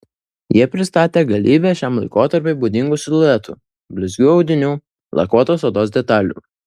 jie pristatė galybę šiam laikotarpiui būdingų siluetų blizgių audinių lakuotos odos detalių